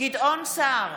גדעון סער,